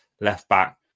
Left-back